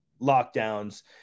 lockdowns